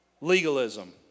Legalism